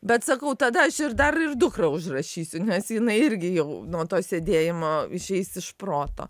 bet sakau tada aš ir dar ir dukrą užrašysiu nes jinai irgi jau nuo to sėdėjimo išeis iš proto